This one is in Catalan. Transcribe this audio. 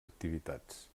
activitats